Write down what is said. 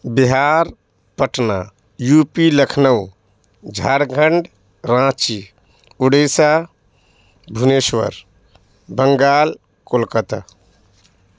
Bihar Patna U P Lucknow Jharkhand Ranchi Orissa Bhubaneswar Bengal Kolkata